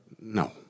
No